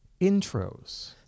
intros